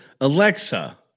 Alexa